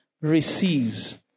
receives